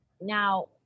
now